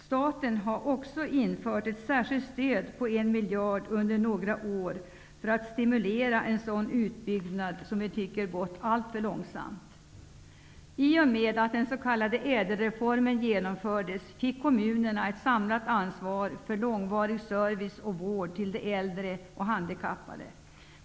Staten har också infört ett särskilt stöd på en miljard under några år för att stimulera utbyggnaden, som vi tycker har gått alltför långsamt. I och med att den s.k. ÄDEL-reformen genomfördes fick kommunerna ett samlat ansvar för långvarig service och vård till de äldre och handikappade.